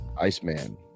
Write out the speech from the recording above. Iceman